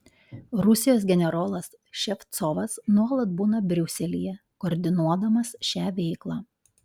rusijos generolas ševcovas nuolat būna briuselyje koordinuodamas šią veiklą